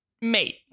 mate